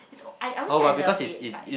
it's I I won't say I love it but is